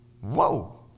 Whoa